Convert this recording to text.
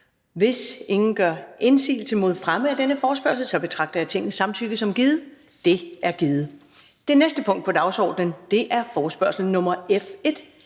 Hvis ingen gør indsigelse mod fremme af denne forespørgsel, betragter jeg Tingets samtykke som givet. Det er givet. --- Det næste punkt på dagsordenen er: 2) Forespørgsel nr.